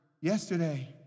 yesterday